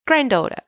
granddaughter